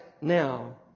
now